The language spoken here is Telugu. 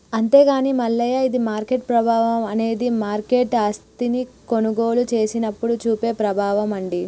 అంతేగాని మల్లయ్య ఇది మార్కెట్ ప్రభావం అనేది మార్కెట్ ఆస్తిని కొనుగోలు చేసినప్పుడు చూపే ప్రభావం అండి